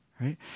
right